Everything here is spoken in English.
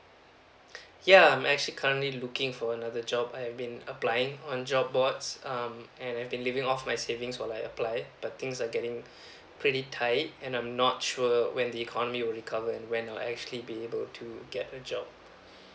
ya I'm actually currently looking for another job I've been applying on job boards um and I've been living off my savings for like apply but things are getting pretty tight and I'm not sure when the economy will recover and when I actually be able to get a job